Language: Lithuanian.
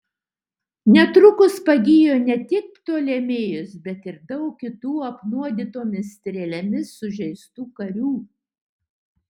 netrukus pagijo ne tik ptolemėjus bet ir daug kitų apnuodytomis strėlėmis sužeistų karių